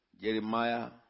Jeremiah